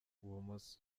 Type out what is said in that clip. ibumoso